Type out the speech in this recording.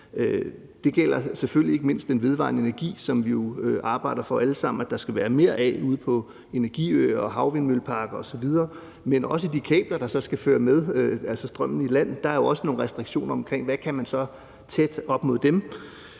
Det gælder selvfølgelig ikke mindst den vedvarende energi, som vi jo alle sammen arbejder for at der skal være mere af ude på energiøer og i havvindmølleparker osv., men også de kabler, der så skal føre strømmen i land. Der er jo også nogle restriktioner for, hvad man kan placere så tæt op ad dem.